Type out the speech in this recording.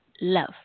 love